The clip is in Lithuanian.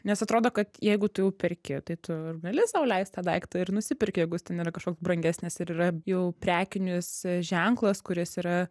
nes atrodo kad jeigu tu jau perki tai tu ir gali sau leist tą daiktą ir nusiperki jeigu jis ten yra kažkoks brangesnis ir yra jau prekinis ženklas kuris yra